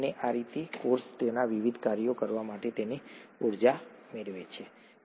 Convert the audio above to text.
અને આ રીતે કોષ તેના વિવિધ કાર્યો કરવા માટે તેની ઉર્જા મેળવે છે